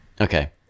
Okay